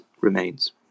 remains